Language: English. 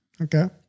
Okay